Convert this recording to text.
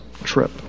trip